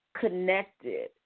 connected